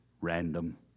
random